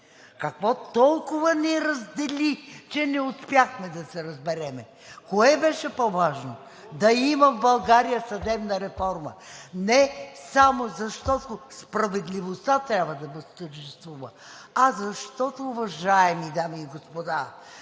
Какво толкова ни раздели, че не успяхме да се разберем? Кое беше по-важното: да има в България съдебна реформа не само защото справедливостта трябва да възтържествува, а защото, уважаеми дами и господа,